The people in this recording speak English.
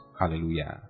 Hallelujah